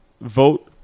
vote